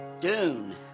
Dune